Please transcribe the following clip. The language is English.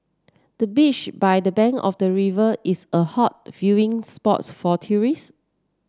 the beach by the bank of the river is a hot viewing spots for tourists